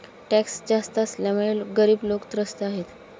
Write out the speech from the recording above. tax जास्त असल्यामुळे गरीब लोकं त्रस्त आहेत